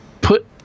put